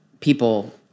people –